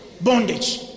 Bondage